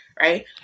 right